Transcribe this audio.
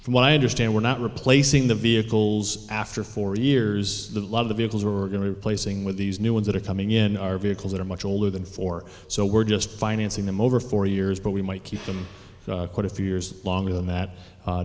from what i understand we're not replacing the vehicles after four years the lot of the vehicles were going to replacing with these new ones that are coming in are vehicles that are much older than four so we're just financing them over four years but we might keep them quite a few years longer than that